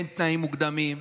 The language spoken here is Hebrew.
אין תנאים מוקדמים,